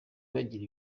bagira